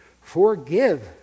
forgive